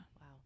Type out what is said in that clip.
Wow